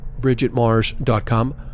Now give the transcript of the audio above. BridgetMars.com